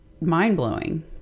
mind-blowing